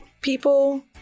people